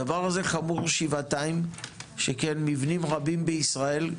הדבר הזה חמור שבעתיים שכן מבנים רבים בישראל,